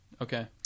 Okay